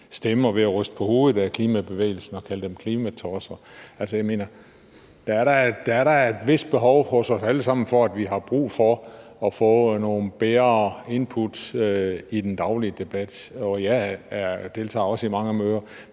stemmer ved at ryste på hovedet af klimabevægelsen og kalde dem for klimatosser? Jeg mener, at der da er et vist behov hos os alle sammen for at få nogle bedre input i den daglige debat. Jeg deltager også i mange møder,